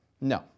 No